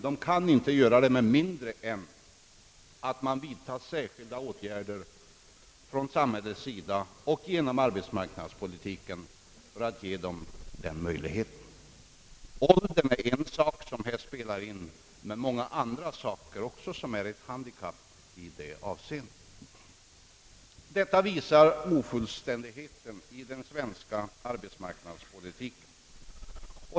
De kan inte få sysselsättning med mindre än att man vidtar särskilda åtgärder från samhällets sida och genom arbetsmarknadspolitiken. Åldern är något som här spelar in, men även många andra omständigheter kan vara ett handikapp. Detta visar ofullständigheten i den svenska arbetsmarknadspolitiken.